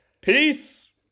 Peace